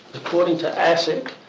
according to asic,